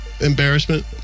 embarrassment